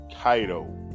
Kaido